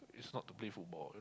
it's not to play football